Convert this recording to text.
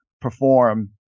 perform